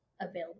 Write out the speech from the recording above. available